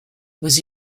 was